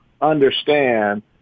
understand